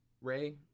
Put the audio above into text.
Ray